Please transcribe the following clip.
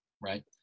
right